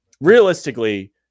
realistically